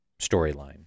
storyline